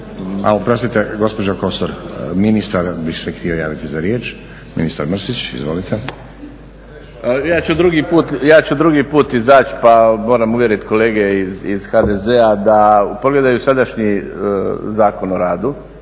Oprostite, gospođo Kosor, ministar bi se htio javiti za riječ. Ministar Mrsić, izvolite. **Mrsić, Mirando (SDP)** Ja ću drugi put izaći pa moram uvjeriti kolege iz HDZ-a da pogledaju sadašnji Zakon o radu,